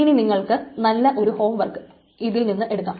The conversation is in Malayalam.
ഇത് നിങ്ങൾക്ക് നല്ല ഒരു ഹോം വർക്ക് ആണ്